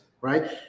Right